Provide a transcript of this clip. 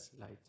light